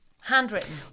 Handwritten